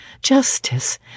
Justice